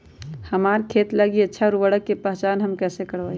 हमार खेत लागी अच्छा उर्वरक के पहचान हम कैसे करवाई?